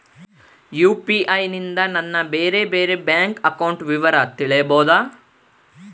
UPI ನಿಂದ ನನ್ನ ಬೇರೆ ಬೇರೆ ಬ್ಯಾಂಕ್ ಅಕೌಂಟ್ ವಿವರ ತಿಳೇಬೋದ?